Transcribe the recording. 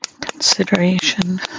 consideration